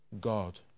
God